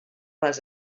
les